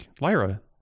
Lyra